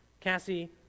Cassie